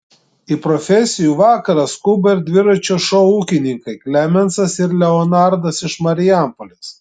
į profesijų vakarą skuba ir dviračio šou ūkininkai klemensas ir leonardas iš marijampolės